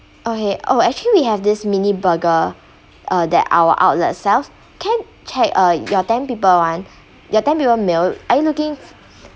okay oh actually we have this mini burger uh that our outlet sells can check uh your ten people one your ten people meal are you looking